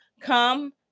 come